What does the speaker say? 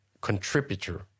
contributor